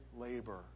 labor